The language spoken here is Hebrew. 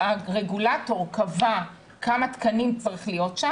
הרגולטור קבע כמה תקנים צריך להיות במפעל.